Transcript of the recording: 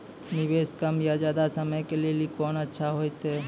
निवेश कम या ज्यादा समय के लेली कोंन अच्छा होइतै?